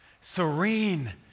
serene